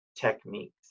techniques